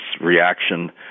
reaction